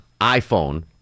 iPhone